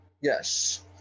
Yes